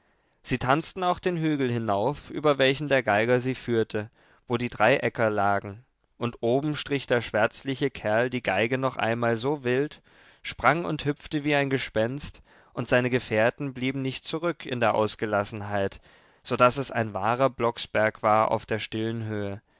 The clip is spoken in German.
sie tanzten auch den hügel hinauf über welchen der geiger sie führte wo die drei äcker lagen und oben strich der schwärzliche kerl die geige noch einmal so wild sprang und hüpfte wie ein gespenst und seine gefährten blieben nicht zurück in der ausgelassenheit so daß es ein wahrer blocksberg war auf der stillen höhe